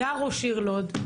היה ראש עיר לוד,